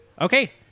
okay